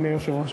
אדוני היושב-ראש,